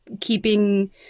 keeping